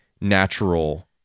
natural